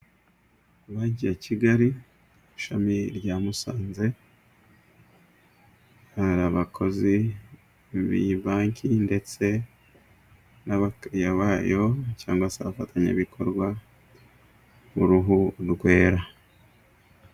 Banki ya kigali ishami rya Musanze. Abakozi b'iyi banki ndetse n' abakiriya bayo, cyangwa abafatanyabikorwa b'uruhu rwera.